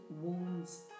wounds